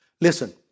Listen